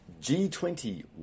G20